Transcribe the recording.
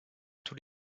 tous